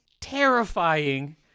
terrifying